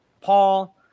Paul